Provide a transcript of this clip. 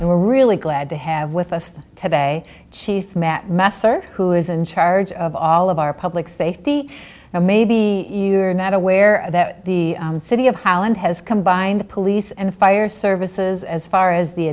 and we're really glad to have with us today chief matt messer who is in charge of all of our public safety and maybe you are not aware that the city of holland has combined the police and fire services as far as the